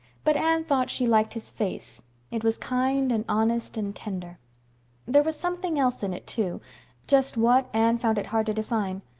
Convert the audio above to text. but anne thought she liked his face it was kind and honest and tender there was something else in it, too just what, anne found it hard to define.